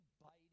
biting